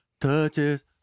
touches